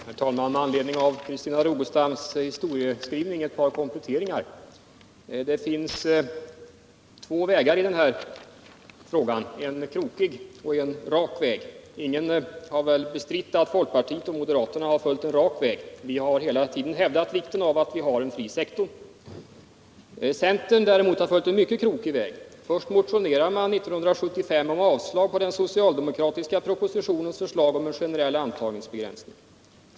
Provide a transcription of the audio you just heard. Herr talman! Med anledning av Christina Rogestams historieskrivning vill jag göra ett par kompletteringar. Det finns två vägar i den här frågan, en krokig och en rak väg. Ingen har väl bestritt att folkpartiet och moderaterna har följt en rak väg. Vi har hela tiden hävdat vikten av att det finns en fri sektor. Centern däremot har följt en mycket krokig väg. Först motionerade man 1975 om avslag på den socialdemokratiska propositionens förslag om en generell antagningsbegränsning.